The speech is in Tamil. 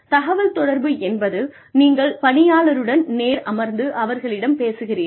தகவல் தொடர்பு என்பது நீங்கள் பணியாளருடன் நேருக்கு நேர் அமர்ந்து அவர்களிடம் பேசுகிறீர்கள்